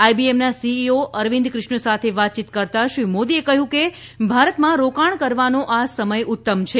આઇબીએમના CEO Arvind Krishna સાથે વાતયીત કરતાં શ્રી મોદીએ કહ્યું કે ભારતમાં રોકાણ કરવાનો આ સમય ઉત્તમ છે